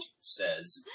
says